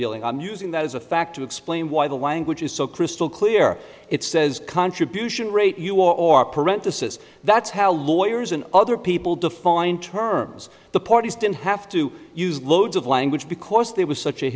dealing i'm using that as a fact to explain why the language is so crystal clear it says contribution rate you or parenthesis that's how lawyers and other people define terms the parties didn't have to use loads of language because there was such a